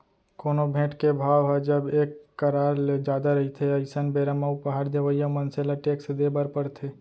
कोनो भेंट के भाव ह जब एक करार ले जादा रहिथे अइसन बेरा म उपहार देवइया मनसे ल टेक्स देय बर परथे